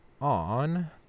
on